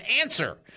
answer